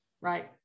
right